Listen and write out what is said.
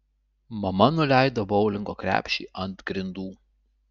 mama nuleido boulingo krepšį ant grindų